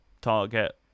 target